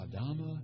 Adama